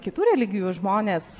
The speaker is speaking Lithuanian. kitų religijų žmonės